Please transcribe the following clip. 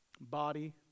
body